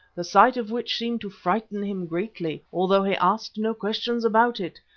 the sight of which seemed to frighten him greatly, although he asked no questions about it,